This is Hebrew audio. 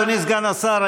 אדוני סגן השר,